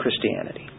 Christianity